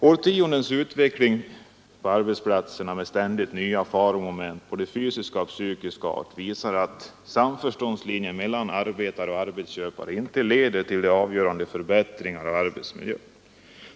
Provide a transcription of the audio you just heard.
Årtiondens utveckling på arbetsplatserna med ständigt nya faromoment av både fysisk och psykisk art visar att samförståndslinjen mellan arbetare och arbetsköpare inte leder till en avgörande förbättring av arbetsmiljön.